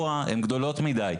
הן גדולות מדי.